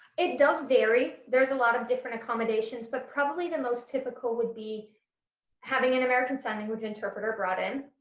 it does vary there's a lot of different accommodations but probably the most typical would be having an american sign language interpreter brought in